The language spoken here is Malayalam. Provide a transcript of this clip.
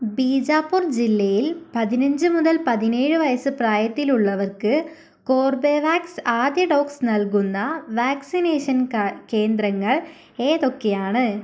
ബീജാപൂർ ജില്ലയിൽ പതിനഞ്ച് മുതൽ പതിനേഴ് വയസ്സ് പ്രായത്തിലുള്ളവർക്ക് കോർബെവാക്സ് ആദ്യ ഡോസ് നൽകുന്ന വാക്സിനേഷൻ കേന്ദ്രങ്ങൾ ഏതൊക്കെയാണ്